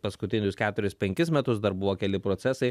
paskutinius keturis penkis metus dar buvo keli procesai